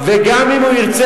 גם עמי פופר, תגיד